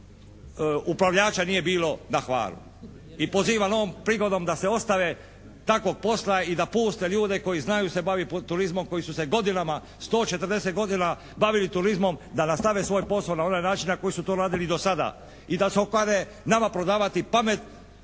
upravljača nije bilo na Hvaru. I pozivam ovom prigodom da se ostave takvog posla i da puste ljude koji znaju se baviti turizmom, koji su se godinama, 140 godina bavili turizmom, da nastave svoj posao na onaj način na koji su to radili i do sada i da se okane nama prodavati pamet